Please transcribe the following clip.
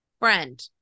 friend